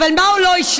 אבל עם מה הוא לא השלים?